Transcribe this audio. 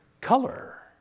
color